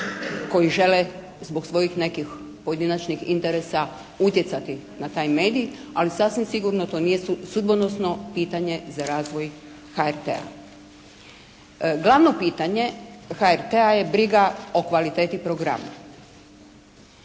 koji žele zbog svojih nekih pojedinačnih interesa utjecati na taj medij, ali sasvim sigurno to nije sudbonosno pitanje za razvoj HRT-a. Glavno pitanje HRT-a je briga o kvaliteti programa.